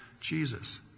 Jesus